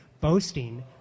boasting